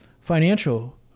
financial